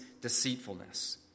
deceitfulness